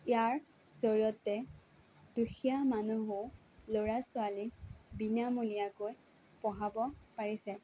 ইয়াৰ জৰিয়তে দুখীয়া মানুহেও ল'ৰা ছোৱালীক বিনামূলীয়াকৈ পঢ়াব পাৰিছে